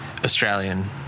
Australian